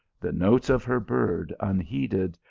the notes of her bird unheeded,